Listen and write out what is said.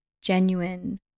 genuine